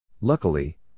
Luckily